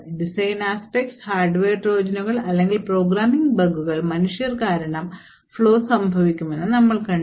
design aspects hardware ട്രോജനുകൾ അല്ലെങ്കിൽ programming ബഗുകൾ മനുഷ്യർ കാരണം flaws സംഭവിക്കുമെന്ന് നമ്മൾ കണ്ടു